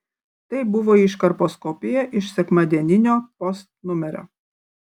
tai buvo iškarpos kopija iš sekmadieninio post numerio